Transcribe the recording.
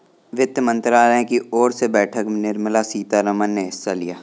वित्त मंत्रालय की ओर से बैठक में निर्मला सीतारमन ने हिस्सा लिया